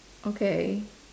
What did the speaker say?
okay